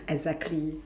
exactly